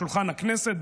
לשולחן הכנסת,